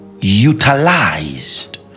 utilized